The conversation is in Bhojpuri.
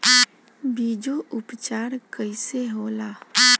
बीजो उपचार कईसे होला?